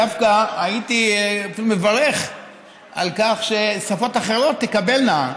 דווקא הייתי אפילו מברך על כך ששפות אחרות תקבלנה,